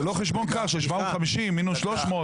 זה לא חשבון קל של 750 מינוס 300,